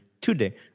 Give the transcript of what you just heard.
today